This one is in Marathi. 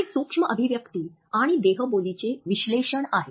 हे सूक्ष्म अभिव्यक्ति आणि देहबोलीचे विश्लेषण आहे